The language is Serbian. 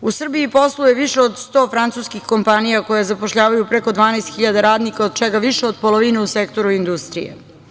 U Srbiji posluje više od sto francuskih kompanija koje zapošljavaju preko 12.000 radnika od čega više od polovine u sektoru industrije.